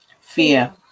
fear